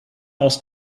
aus